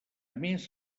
més